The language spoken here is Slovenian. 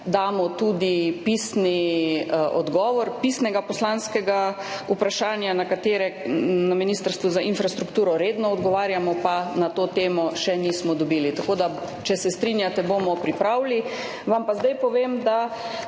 damo tudi pisni odgovor na pisno poslansko vprašanje, na katera na Ministrstvu za infrastrukturo redno odgovarjamo, pa ga na to temo še nismo dobili, tako da, če se strinjate, bomo pripravili. Vam pa zdaj povem, da